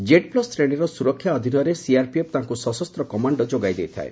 Z plus ଶ୍ରେଣୀର ସୁରକ୍ଷା ଅଧୀନରେ ସିଆର୍ପିଏଫ୍ ତାଙ୍କୁ ସଶସ୍ତ କମାଶ୍ଡୋ ଯୋଗାଇ ଦେଇଥାଏ